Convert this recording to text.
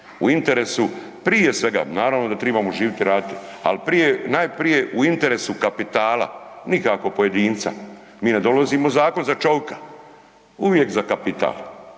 u interesu, prije svega, naravno da tribamo živjeti i raditi, ali prije, najprije u interesu kapitala, nikako pojedinca. Mi ne dolazimo zakon za čovika, uvijek za kapital.